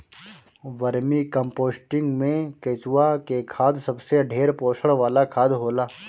vermi composting में केचुआ के खाद सबसे ढेर पोषण वाला खाद होला